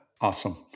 Awesome